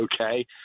Okay